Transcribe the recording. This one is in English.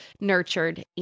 nurtured